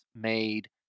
made